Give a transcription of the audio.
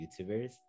YouTubers